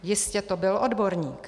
Jistě to byl odborník.